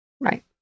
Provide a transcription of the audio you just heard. Right